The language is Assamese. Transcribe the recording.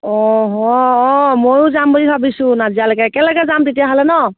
অঁ অঁ অঁ ময়ো যাম বুলি ভাবিছোঁ নাজিৰালৈকে একেলগে যাম তেতিয়াহ'লে নহ্